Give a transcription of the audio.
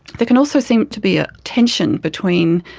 there can also seemed to be a tension between,